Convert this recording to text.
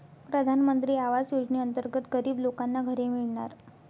प्रधानमंत्री आवास योजनेअंतर्गत गरीब लोकांना घरे मिळणार